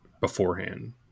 beforehand